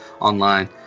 online